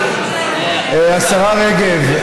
השרה רגב,